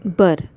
बरं